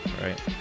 right